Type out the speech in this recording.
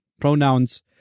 pronouns